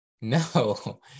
No